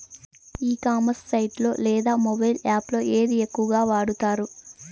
ఈ commerce site లో లేదా మొబైల్ యాప్ లో ఏది ఎక్కువగా వాడుతారు?